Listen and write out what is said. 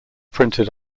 printed